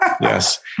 Yes